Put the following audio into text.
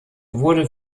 wurde